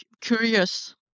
curious